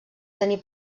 tenir